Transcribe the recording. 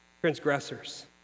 transgressors